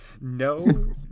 no